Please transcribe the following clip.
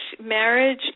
marriage